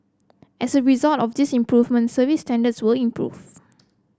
as a result of these improvement service standards will improve